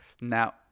Now